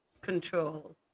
control